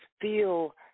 feel